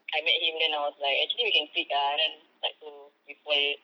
I met him then I was like actually we can click ah then like so we fall